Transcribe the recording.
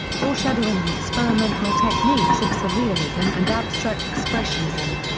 foreshadowing the experimental techniques of surrealism and abstract expressionism.